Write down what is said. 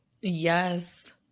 yes